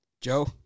Joe